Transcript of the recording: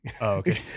okay